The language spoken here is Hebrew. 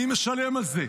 מי משלם את זה?